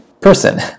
person